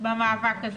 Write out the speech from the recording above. במאבק הזה.